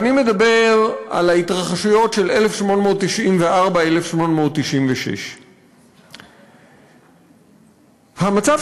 ואני מדבר על ההתרחשויות של 1894 1896. המצב